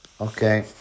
Okay